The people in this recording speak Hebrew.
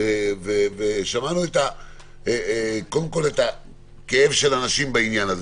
שמענו פה בדיון את הכאב של אנשים בעניין,